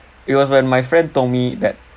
it was when my friend told me that